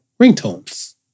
ringtones